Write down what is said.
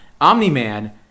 Omni-Man